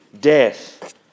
death